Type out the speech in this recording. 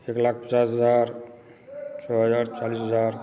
एक लाख पचास हजार दो हजार चालिस हजार